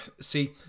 see